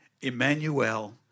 Emmanuel